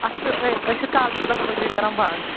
اَسہِ چھُ أسۍ چھِ دَہ بَجے کران بنٛد